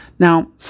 Now